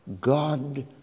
God